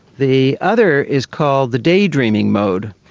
the other is called the daydreaming mode.